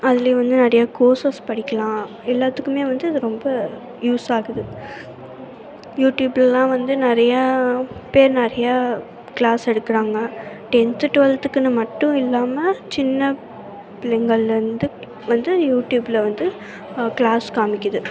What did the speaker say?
அதுலேயே வந்து நிறைய கோர்ஸஸ் படிக்கலாம் எல்லாத்துக்குமே வந்து இது ரொம்ப யூஸ் ஆகுது யூடியூப்லலாம் வந்து நிறையா பேர் நிறையா க்ளாஸ் எடுக்கிறாங்க டென்த்து டுவெல்த்துக்குன்னு மட்டும் இல்லாமல் சின்ன பிள்ளைகள்ல இருந்து வந்து யூடியூப்பில் வந்து க்ளாஸ் காம்மிக்கிது